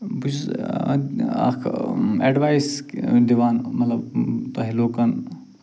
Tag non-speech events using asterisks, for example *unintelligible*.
بہٕ چھُس *unintelligible* اکھ اٮ۪ڈوایِس دِوان مطلب تۄہہِ لوٗکن